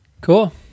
Cool